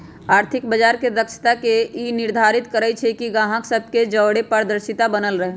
आर्थिक बजार के दक्षता ई निर्धारित करइ छइ कि गाहक सभ के जओरे पारदर्शिता बनल रहे